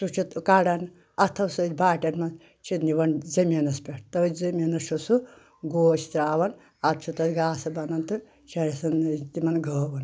سُہ چھُ کَڑان اَتھو سۭتۍ باٹؠن منٛز چھِ نِوان زٔمیٖنس پؠٹھ تٕتھۍ زٔمیٖنَس چھُ سُہ گوش ترٛاوان ادٕ چھُ تَتھ گاسہٕ بَنان تہٕ چھِ اَسۍ تِمَن گٲوَن